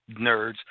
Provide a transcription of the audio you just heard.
nerds